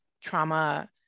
trauma